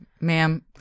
ma'am